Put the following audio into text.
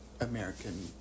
american